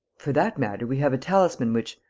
for that matter, we have a talisman which,